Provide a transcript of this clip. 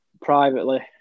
privately